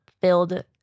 filled